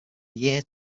year